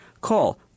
Call